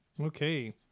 Okay